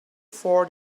for